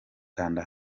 kanda